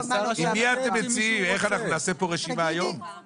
אנחנו מודאגים מהחיבור בין רמות התמיכה לסוגי השירותים שיינתנו לאדם.